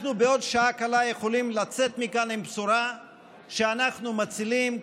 אנחנו בעוד שעה קלה יכולים לצאת מכאן עם בשורה שאנחנו מצילים,